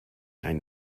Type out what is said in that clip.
nein